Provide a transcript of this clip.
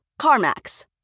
CarMax